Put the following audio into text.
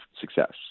success